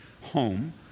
home